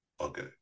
Okay